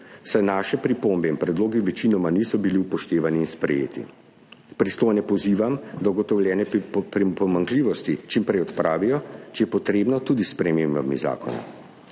saj naši pripombe in predlogi večinoma niso bili upoštevani in sprejeti. Pristojne pozivam, da ugotovljene pomanjkljivosti čim prej odpravijo, če je potrebno tudi s spremembami zakona.